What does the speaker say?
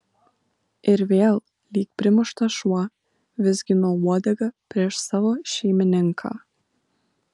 ir vėl lyg primuštas šuo vizginau uodegą prieš savo šeimininką